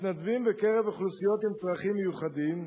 מתנדבים בקרב אוכלוסיות עם צרכים מיוחדים,